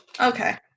Okay